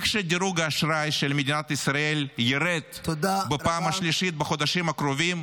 כשדירוג האשראי של מדינת ישראל ירד בפעם השלישית בחודשים הקרובים,